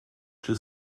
czy